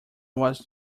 was